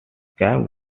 camp